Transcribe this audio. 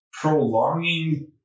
prolonging